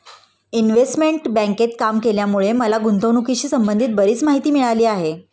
investment बँकेत काम केल्यामुळे मला गुंतवणुकीशी संबंधित बरीच माहिती मिळाली आहे